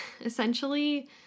essentially